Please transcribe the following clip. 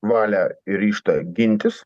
valią ir ryžtą gintis